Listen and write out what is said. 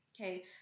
okay